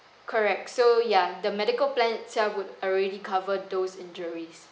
correct so ya the medical plan itself would already cover those injuries